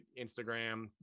Instagram